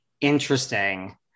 Interesting